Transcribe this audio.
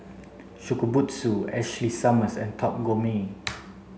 Shokubutsu Ashley Summers and Top Gourmet